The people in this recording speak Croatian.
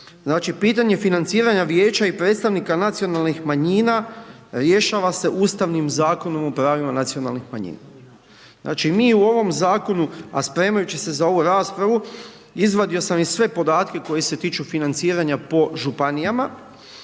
pitanje financiranja vijeća i predstavnika nacionalnih manjina rješava se Ustavnim zakonom o pravima nacionalnih manjina. Znači, mi u ovom zakonu, a spremajući se za ovu raspravu, izvadio sam i sve podatke koji se tiču financiranja po županijama,